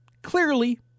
Clearly